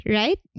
right